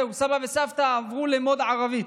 זהו, סבא וסבתא עברו ל-mode ערבית.